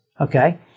okay